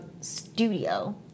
Studio